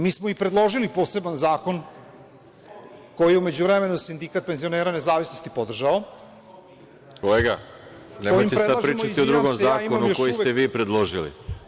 Mi smo i predložili poseban zakon, koji je u međuvremenu sindikat penzionera „Nezavisnost“ podržao… (Predsedavajući: Kolega, nemojte sad pričati o drugom zakonu koji ste vi predložili.